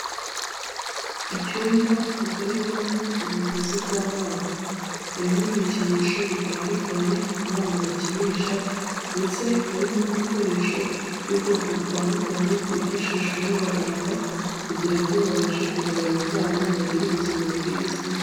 Icyumba gikorerwamo ubuvuzi bw'abana, harimo ibikinisho bitandukanye abana bakinisha ndetse harimo n'ibikoresho by'ubwoko butandukanye byifashishwa n'abaganga kugira ngo babashe kuvura abo bana, bagire ubuzima bwiza.